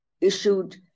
issued